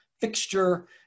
fixture